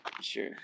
Sure